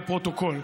לפרוטוקול.